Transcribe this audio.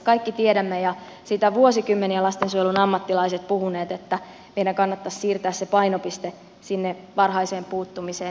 kaikki tiedämme ja sitä vuosikymmeniä ovat lastensuojelun ammattilaiset puhuneet että meidän kannattaisi siirtää se painopiste sinne varhaiseen puuttumiseen